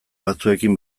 batzuekin